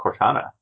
Cortana